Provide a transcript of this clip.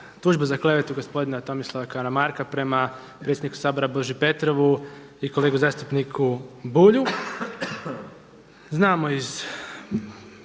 tužbe za klevetu gospodina Tomislava Karamarka prema predsjedniku Sabora Boži Petrovu i kolegi zastupniku Bulju. Znamo iz